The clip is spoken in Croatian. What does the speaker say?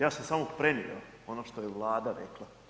Ja sam samo prenio ono što je Vlada rekla.